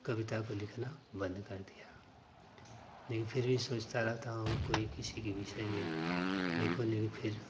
कविता को लिखना बंद कर दिया लेकिन फ़िर भी सोचता रहता हूँ कोई किसी के विषय में लिखूँ लेकिन फ़िर